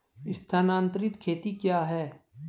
स्थानांतरित खेती क्या है?